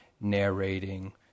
narrating